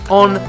on